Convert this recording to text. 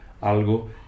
algo